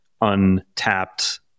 untapped